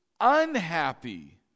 unhappy